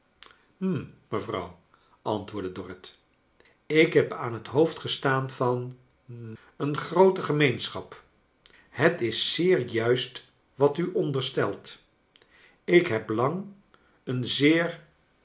mevrouw antwoordcle dorrit ik heb aan het hoofd gestaan van hm een groote gemeenschap het is zeer juist wat u onderstelt ik heb lang een zeer